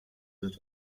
with